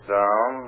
down